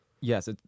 Yes